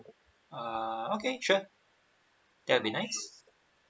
uh okay sure that will be nice